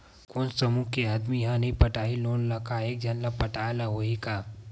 कोन समूह के आदमी हा नई पटाही लोन ला का एक झन ला पटाय ला होही का?